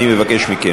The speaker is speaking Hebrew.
אני מבקש מכם,